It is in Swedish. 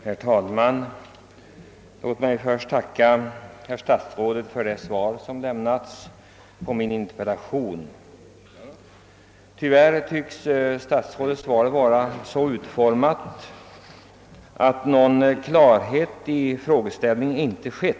Herr talman! Låt mig först tacka herr statsrådet för det svar han lämnat på min interpellation. Tyvärr tycks detta vara så utformat att någon klarhet i frågeställningen inte kan vinnas.